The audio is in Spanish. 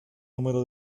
número